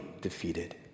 defeated